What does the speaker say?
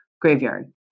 graveyard